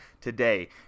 today